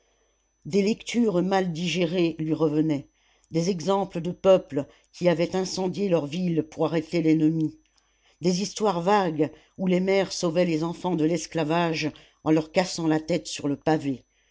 des lectures mal digérées lui revenaient des exemples de peuples qui avaient incendié leurs villes pour arrêter l'ennemi des histoires vagues où les mères sauvaient les enfants de l'esclavage en leur cassant la tête sur le pavé